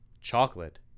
Chocolate